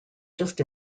just